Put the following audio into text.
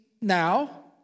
now